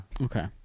Okay